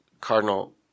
Cardinal